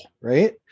right